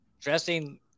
dressing